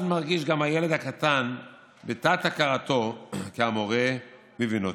אז מרגיש גם הילד הקטן בתת-הכרתו כי המורה מבין אותו,